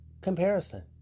comparison